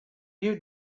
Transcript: you